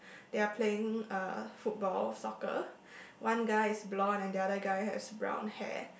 they're playing uh football soccer one guy is blonde and the other guy has brown hair